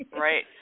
Right